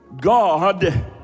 God